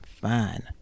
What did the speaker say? fine